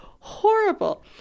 horrible